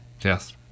Yes